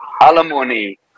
alimony